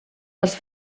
els